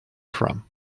from